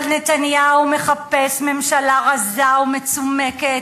אבל נתניהו מחפש ממשלה רזה ומצומקת